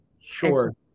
Sure